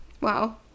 wow